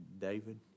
David